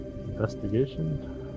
Investigation